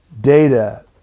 data